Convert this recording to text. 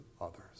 others